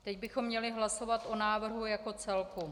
Teď bychom měli hlasovat o návrhu jako celku.